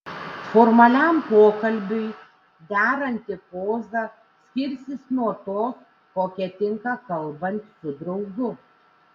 formaliam pokalbiui deranti poza skirsis nuo tos kokia tinka kalbant su draugu